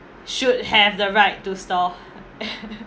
should have the right to store